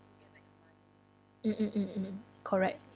mm mm mm mm correct